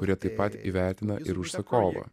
kurie taip pat įvertina ir užsakovą